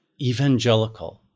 evangelical